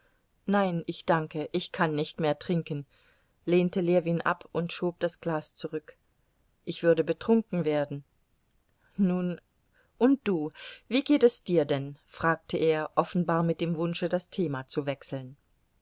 nein ich danke ich kann nicht mehr trinken lehnte ljewin ab und schob das glas zurück ich würde betrunken werden nun und du wie geht es dir denn fragte er offenbar mit dem wunsche das thema zu wechseln